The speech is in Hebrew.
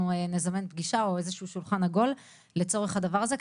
אנחנו נזמן פגישה או איזשהו שולחן עגול לצורך הדבר הזה,